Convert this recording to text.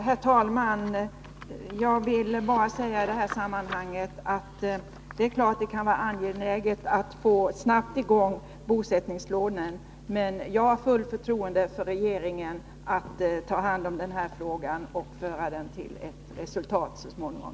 Herr talman! Jag vill i detta sammanhang bara säga att det är klart att det kan vara angeläget att snabbt återinföra bosättningslånen, men jag överlämnar med fullt förtroende åt regeringen att ta hand om denna fråga och föra den till ett resultat så småningom.